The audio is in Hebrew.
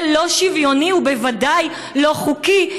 זה לא שוויוני ובוודאי לא חוקי,